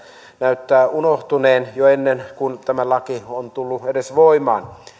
näyttävät unohtuneen jo ennen kuin tämä laki on tullut edes voimaan